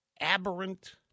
Aberrant